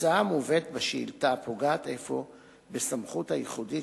"ההצעה המובאת בשאילתא פוגעת אפוא בסמכות הייחודית